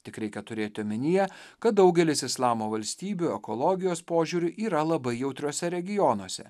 tik reikia turėti omenyje kad daugelis islamo valstybių ekologijos požiūriu yra labai jautriuose regionuose